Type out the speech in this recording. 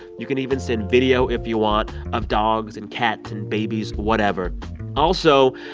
you can even send video if you want of dogs and cats and babies whatever also,